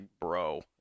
bro